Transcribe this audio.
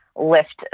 lift